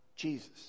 Jesus